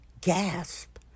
gasp